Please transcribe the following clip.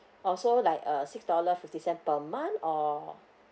oh so like uh six dollar fifty cent per month or